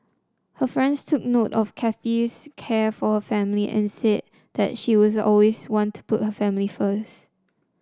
her friends took note of Kathy's care for her family and said that she was always want to put her family first